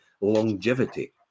longevity